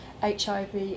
HIV